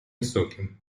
высоким